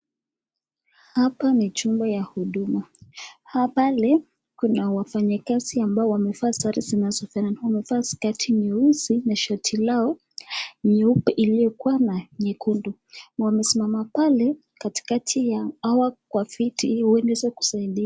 Hapa ni chumba ya huduma. Hapa ni kuna wafanyi kazi ambao wamevaa sare zinazofanana, wamevaa skati nyeusi na shati lao nyeupe iliokuwa na nyekundu. Wamesimama pale katikati ya hawa kwa viti ili aweze kusaidiwa.